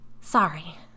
Sorry